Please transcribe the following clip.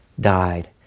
died